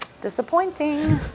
disappointing